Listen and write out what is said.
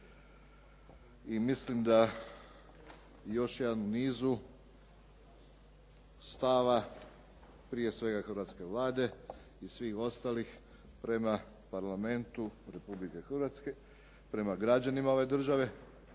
i mislim da još jedan u nizu stava prije svega hrvatske Vlade i svih ostalih prema parlamentu Republike Hrvatske, prema građanima ove države